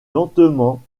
lentement